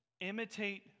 imitate